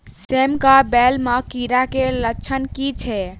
सेम कऽ बेल म कीड़ा केँ लक्षण की छै?